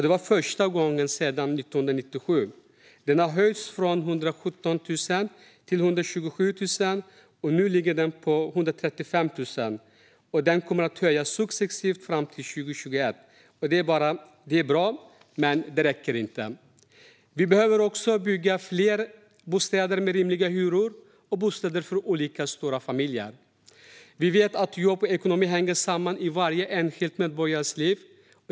Det var alltså första gången sedan 1997. Den har höjts från 117 000 kronor till 127 000 kronor, och nu ligger den på 135 000 kronor. Den kommer att höjas successivt fram till 2021. Det är bra, men det räcker inte. Vi behöver också bygga fler bostäder med rimliga hyror och bostäder för olika stora familjer. Vi vet att jobb och ekonomi hänger samman i varje enskild medborgares liv.